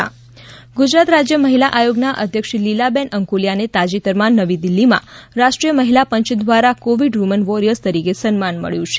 નારી અદાલત ગુજરાત રાજ્ય મહિલા આયોગના અધ્યક્ષા લીલાબેન અંકોલીયાને તાજેતરમાં નવી દિલ્હીમાં રાષ્ટ્રીય મહિલા પંચ દ્વારા કોવિડ વુમેન વોરીયર્સ તરીકે સન્માન મળ્યું છે